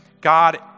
God